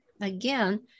again